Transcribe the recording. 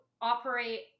operate